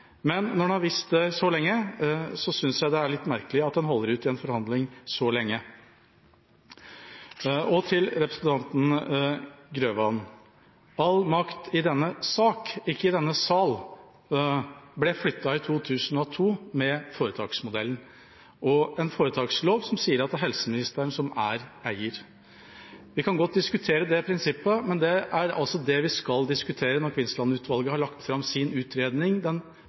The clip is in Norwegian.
men når en har visst det så lenge, synes jeg det er litt merkelig at en holder ut så lenge i en forhandling. Til representanten Grøvan: All makt i denne sak – ikke i denne sal – ble flyttet i 2002 med foretaksmodellen og en foretakslov som sier at helseministeren er eier. Vi kan godt diskutere det prinsippet, men det er det vi skal diskutere når Kvinnsland-utvalget har lagt fram sin utredning ca. den